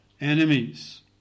enemies